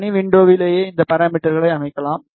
பணி விண்டோஸிலேயே மற்ற பாராமீட்டர்களையும் அமைக்கலாம்